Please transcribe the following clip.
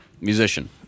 musician